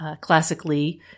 classically